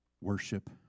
Worship